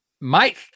Mike